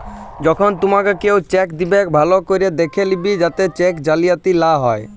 যখল তুমাকে কেও চ্যাক দিবেক ভাল্য ক্যরে দ্যাখে লিবে যাতে চ্যাক জালিয়াতি লা হ্যয়